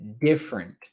different